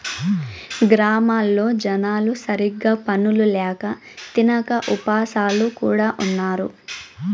గ్రామాల్లో జనాలు సరిగ్గా పనులు ల్యాక తినక ఉపాసాలు కూడా ఉన్నారు